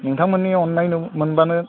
नोंथांमोननि अननाय मोनबानो